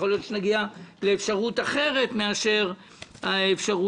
יכול להיות שנגיע לאפשרות אחרת מאשר האפשרות